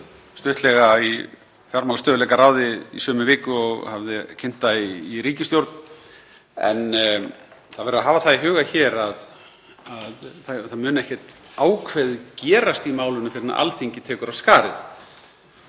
stuttlega í fjármálastöðugleikaráði í sömu viku og ég hafði kynnt það í ríkisstjórn. En það verður að hafa það í huga að það mun ekkert ákveðið gerast í málinu fyrr en Alþingi tekur af skarið.